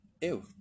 Ew